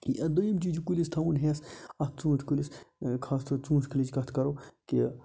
دوٚیِم چیٖز چھُ کُلِس تھاوُن ہیٚس اتھ ژوٗنٛٹۍ کُلِس خاص طور ژوٗنٛٹۍ کُلِچ کتھ کَرو